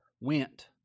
went